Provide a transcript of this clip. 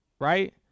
right